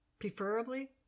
preferably